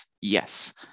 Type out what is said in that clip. Yes